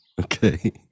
Okay